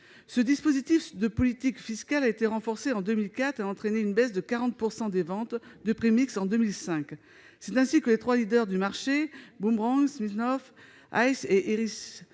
Ce dispositif de politique fiscale a été renforcé en 2004 et a entraîné en 2005 une baisse de 40 % des ventes de prémix. C'est ainsi que les trois leaders du marché- Boomerang, Smirnoff Ice et Eristoff